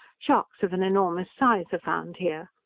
sharks of an enormous size are found here.